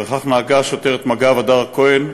וכך נהגה שוטרת מג"ב הדר כהן,